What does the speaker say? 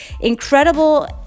incredible